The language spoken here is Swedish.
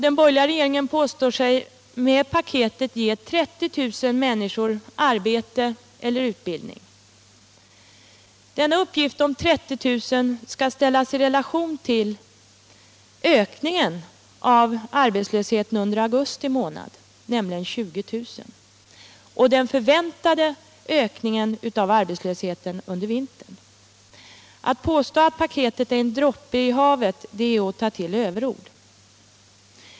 Den borgerliga regeringen påstår sig med paketet ge 30 000 människor arbete eller utbildning. Denna uppgift om 30 000 skall ställas i relation till ökningen av arbetslösheten under augusti månad, nämligen 20 000, och den väntade ökningen nu under vintern. Att påstå att paketet är en droppe i havet är att ta till överord.